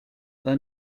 the